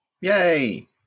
Yay